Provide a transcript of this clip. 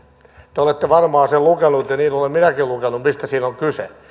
te olette varmaan sen lukenut ja niin olen minäkin lukenut mistä siinä on kyse